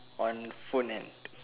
on phone end